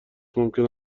ممکن